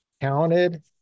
counted